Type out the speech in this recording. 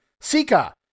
Sika